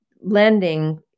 lending